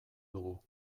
dugu